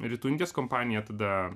ritundės kompanija tada